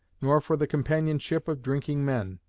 nor for the companionship of drinking men.